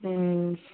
हूँ